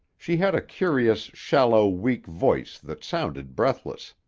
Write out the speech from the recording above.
she had a curiously shallow, weak voice that sounded breathless.